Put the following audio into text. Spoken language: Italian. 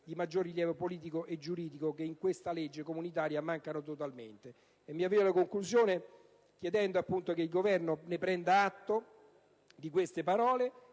di maggior rilievo politico e giuridico, che in questa legge comunitaria mancano totalmente. Mi avvio alla conclusione chiedendo che il Governo prenda atto di queste parole